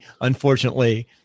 Unfortunately